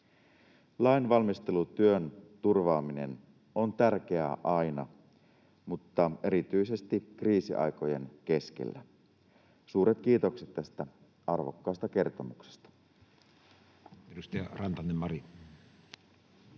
Lainvalmistelutyön turvaaminen on tärkeää aina, mutta erityisesti kriisiaikojen keskellä. Suuret kiitokset tästä arvokkaasta kertomuksesta.